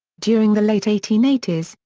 during the late eighteen eighty s,